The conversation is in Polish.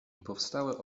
powstałe